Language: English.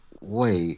wait